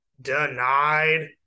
denied